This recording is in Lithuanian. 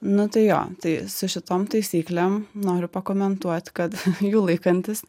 nu tai jo tai su šitom taisyklėm noriu pakomentuot kad jų laikantis